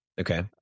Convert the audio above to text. Okay